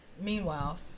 meanwhile